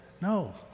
No